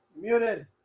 Muted